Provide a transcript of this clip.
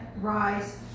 rise